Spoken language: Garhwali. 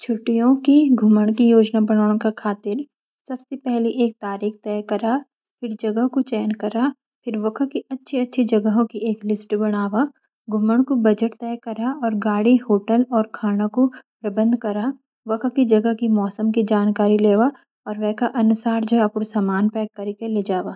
छुटियों की घुमान की योजना बनों का खातिर सबसे पहले तारिक तै करा। फ़िर जगह कू चयन करा फ़िर वक्खी की अच्छी जगह की ऐसी बनावा। घुमन कू बजत तय क्र और गाड़ी होटल और खाना कू प्रबंध करा। वख की जगह की मोसम की जानकारी लेवा और वे का अनुसार अपनू सामान पैक करी ते घुमन जावा।